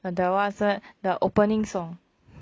the what's that the opening song